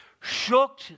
shook